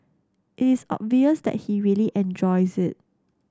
it is obvious that he really enjoys it